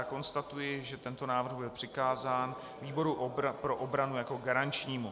Konstatuji, že tento návrh je přikázán výboru pro obranu jako garančnímu.